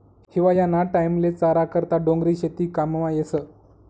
हिवायाना टाईमले चारा करता डोंगरी शेती काममा येस